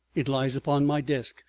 it lies upon my desk,